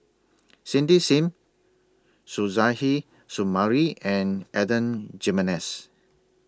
Cindy SIM Suzairhe Sumari and Adan Jimenez